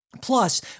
Plus